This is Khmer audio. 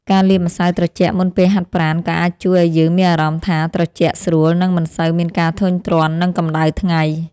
ការលាបម្សៅត្រជាក់មុនពេលហាត់ប្រាណក៏អាចជួយឱ្យយើងមានអារម្មណ៍ថាត្រជាក់ស្រួលនិងមិនសូវមានការធុញទ្រាន់នឹងកម្តៅថ្ងៃ។